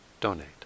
donate